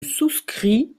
souscrit